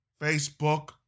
Facebook